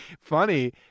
Funny